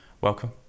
Welcome